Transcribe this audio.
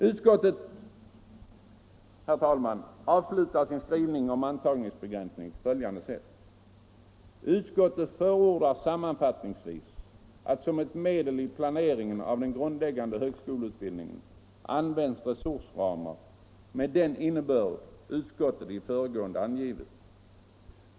Utskottet avslutar, herr talman, sin skrivning om antagningsbegränsning på följande sätt: ”Utskottet förordar sammanfattningsvis att som ett medel i planeringen av den grundläggande högskoleutbildningen används resursramar med den innebörd utskottet i det föregående angivit.